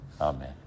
amen